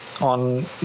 on